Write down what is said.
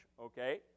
okay